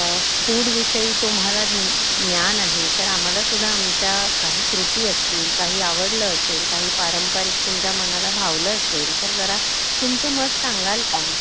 फूडविषयी तुम्हाला ज्ञान आहे तर आम्हालासुद्धा आमच्या काही त्रुटी असतील काही आवडलं असेल काही पारंपरिक तुमच्या मनाला भावलं असेल तर जरा तुमचं मत सांगाल का